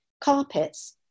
carpets